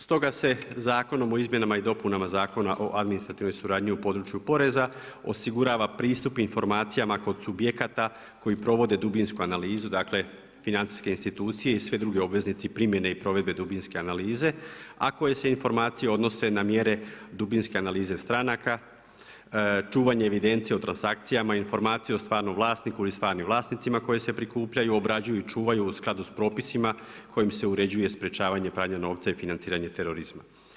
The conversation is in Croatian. Stoga se Zakonom o izmjenama i dopunama Zakona o administrativnoj suradnji u području poreza osigurava pristup informacijama kod subjekata koji provode dubinsku analizu, dakle financijske institucije i svi drugi obveznici primjene i provedbe dubinske analize, a koje se informacije odnose na mjere dubinske analize stranaka, čuvanje evidencije o transakcijama, informacije o stvarnom vlasniku i stvarnim vlasnicima koje se prikupljaju, obrađuju, čuvaju u skladu s propisima kojim se uređuje sprječavanje pranja novca i financiranje terorizma.